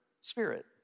spirit